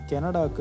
Canada